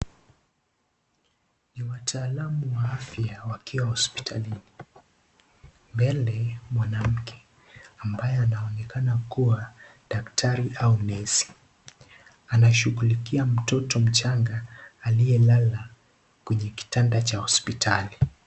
Ni wataalamu wa afya wakiwa hospitalini, mbele mwanamke ambaye anaonekana kuwa daktari au nesi, anashughulikia mtoto mchanga aliyelala kwenye kitanda cha hospitali.